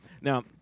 Now